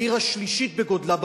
העיר השלישית בגודלה במדינה,